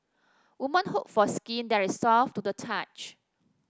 women hope for skin that is soft to the touch